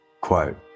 Quote